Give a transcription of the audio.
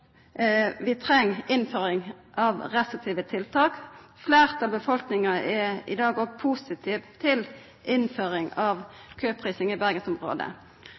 vi treng innføring av restriktive tiltak. Fleirtalet i befolkninga er i dag positive til innføring av køprising i bergensområdet.